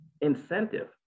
incentive